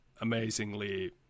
amazingly